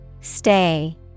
Stay